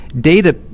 data